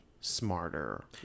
smarter